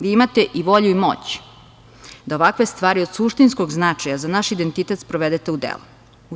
Vi imate i volju i moć da ovakve stvari od suštinskog značaja za naš identitet sprovedete u delo.